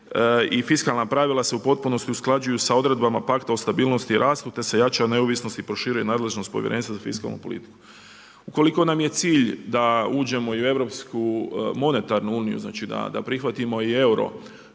i fiskalna pravila se u potpunosti usklađuju sa odredbama Pakta o stabilnosti i rastu, te se jača neovisnost i proširuje nadležnost Povjerenstva za fiskalnu politiku. Ukoliko nam je cilj da uđemo i u Europsku monetarnu uniju, znači da prihvatimo i euro